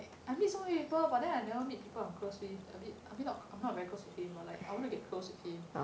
like I meet so many people but then I never meet people I'm close with a bit I mean I'm not very close with him but like I wanna get close with him